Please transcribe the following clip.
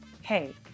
Hey